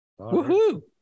Woohoo